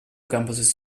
campuses